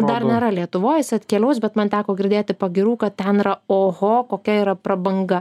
dar nėra lietuvoj jis atkeliaus bet man teko girdėti pagyrų kad ten yra oho kokia yra prabanga